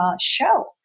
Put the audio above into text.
show